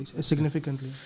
significantly